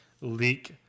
leak